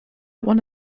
one